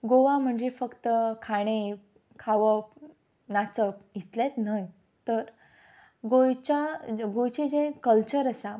गोवा म्हणजे फक्त खाणें खावप नाचप इतलेंत न्हय तर गोंयच्या गोंयचें जें कल्चर आसा